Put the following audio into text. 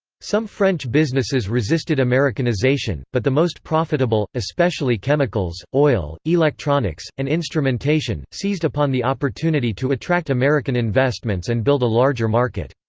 some french businesses resisted americanization, but the most profitable, especially chemicals, oil, electronics, and instrumentation, seized upon the opportunity to attract american investments and build build a larger market.